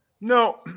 No